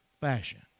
fashion